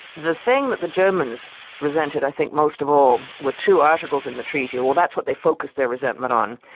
the thing that the germans resented i think most of all, were two articles in the treaty, well that's what they focused their resentment on,